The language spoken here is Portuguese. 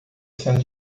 sendo